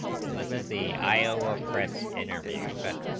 so this is the iowa press interview but